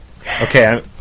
Okay